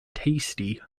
tasty